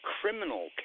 criminal